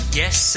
yes